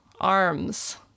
arms